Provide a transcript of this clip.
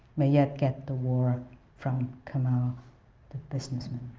may yet get the war from kemal the businessman.